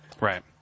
Right